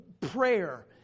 Prayer